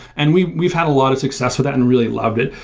and we've we've had a lot of success with that and really loved it.